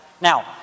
Now